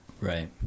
Right